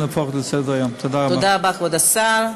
תודה רבה, כבוד השר.